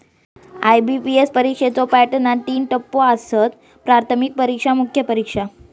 IBPS परीक्षेच्यो पॅटर्नात तीन टप्पो आसत, प्राथमिक परीक्षा, मुख्य परीक्षा